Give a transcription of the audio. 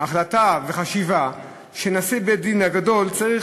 החלטה וחשיבה שנשיא בית-דין הגדול צריך